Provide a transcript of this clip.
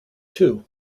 too